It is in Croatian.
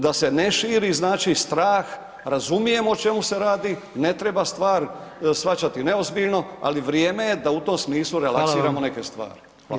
Da se ne širi, znači strah, razumijem o čemu se radi, ne treba stvar shvaćati neozbiljno, ali vrijeme je da u tom smislu relaksiramo [[Upadica: Hvala vam]] neke stvari.